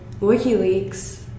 WikiLeaks